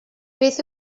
beth